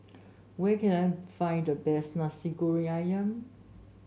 where can I find the best Nasi Goreng ayam